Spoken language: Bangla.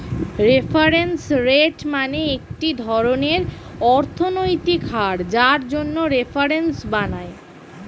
রেফারেন্স রেট মানে একটি ধরনের অর্থনৈতিক হার যার জন্য রেফারেন্স বানায়